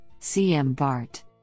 cm-bart